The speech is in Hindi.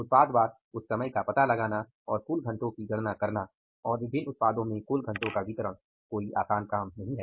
उत्पाद्वार उस समय का पता लगाना और कुल घंटों की गणना करना और विभिन्न उत्पादों में कुल घंटों का वितरण कोई आसान काम नहीं है